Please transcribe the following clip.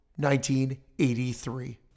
1983